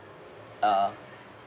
uh